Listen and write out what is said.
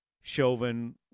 chauvin